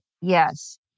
yes